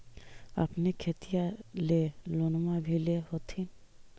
अपने खेतिया ले लोनमा भी ले होत्थिन?